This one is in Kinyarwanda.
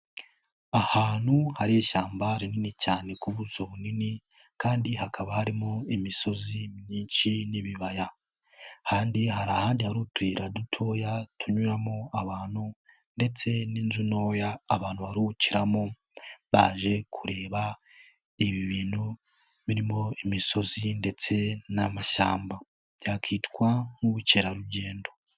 Ahantu hari ishyamba rinini cyane ku buso bunini kandi hakaba harimo imisozi myinshi n'ibibaya, ahandi hari ahandi hari utuyira dutoya tunyuramo abantu ndetse n'inzu ntoya abantu baruhukiramo baje kureba ibintu birimo imisozi ndetse n'amashyamba, byakitwa nk'ubukerarugendo.